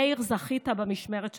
מאיר, זכית במשמרת שלך.